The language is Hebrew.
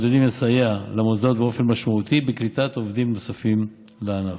עתידים לסייע למוסדות באופן משמעותי בקליטת עובדים נוספים לענף.